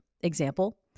Example